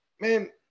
man